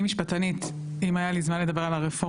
אני משפטנית אם היה לי זמן לדבר על הרפורמה